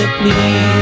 please